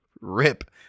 rip